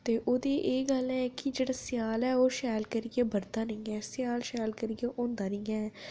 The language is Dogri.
ते ओह्दी एह् गल्ल ऐ की जेह्ड़ा स्याला ऐ ओह् शैल करियै ब'र्दा निं ऐ स्याला शैल करियै होंदा निं ऐ